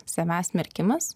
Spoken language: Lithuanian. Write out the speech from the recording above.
savęs smerkimas